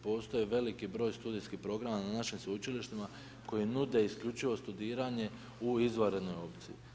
Postoje veliki broj studijskih programa na našim sveučilištima koji nude isključivo studiranje u izvanrednoj opciji.